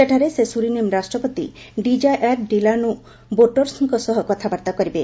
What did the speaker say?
ସେଠାରେ ସେ ସ୍ତରିନେମ ରାଷ୍ଟପତି ଡିଜାୟାର ଡିଲାନୋ ବୋର୍ଟରସ୍କ ସହ କଥାବାର୍ତ୍ତା କରିବେ